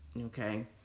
Okay